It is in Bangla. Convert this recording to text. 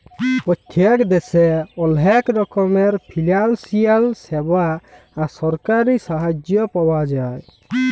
পত্তেক দ্যাশে অলেক রকমের ফিলালসিয়াল স্যাবা আর সরকারি সাহায্য পাওয়া যায়